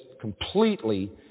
completely